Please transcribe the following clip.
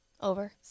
over